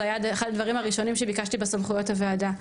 זה היה אחד הדברים הראשונים שביקשתי בסמכויות הוועדה.